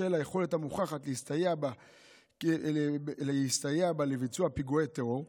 בשל היכולת המוכחת להסתייע בה לביצוע פיגועי טרור.